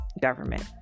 government